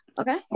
Okay